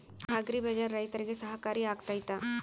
Agri Bazaar ರೈತರಿಗೆ ಸಹಕಾರಿ ಆಗ್ತೈತಾ?